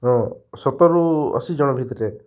ହଁ ସତୁର୍ ରୁ ଅଶୀ ଜଣ୍ ଭିତ୍ରେ